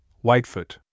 Whitefoot